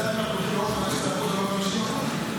כדי לדעת אם אנחנו הולכים לעוד 15% או לעוד 50%,